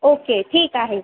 okay ठीक आहे